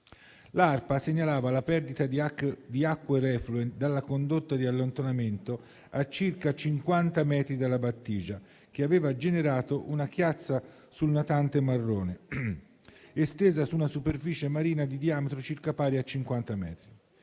L'ARPA segnalava la perdita di acque reflue dalla condotta di allontanamento a circa 50 metri dalla battigia, che aveva generato una chiazza surnatante marrone, estesa su una superficie marina di diametro circa pari a 50 metri.